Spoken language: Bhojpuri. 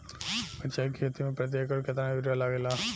मिरचाई के खेती मे प्रति एकड़ केतना यूरिया लागे ला?